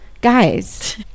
Guys